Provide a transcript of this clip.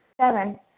Seven